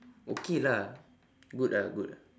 okay lah good ah good